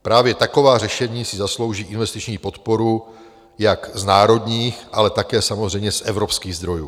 Právě taková řešení si zaslouží investiční podporu jak z národních, ale také samozřejmě z evropských zdrojů.